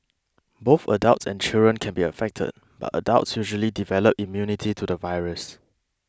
both adults and children can be affected but adults usually develop immunity to the virus